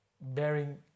bearing